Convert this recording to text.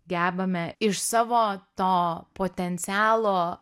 gebame iš savo to potencialo